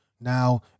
Now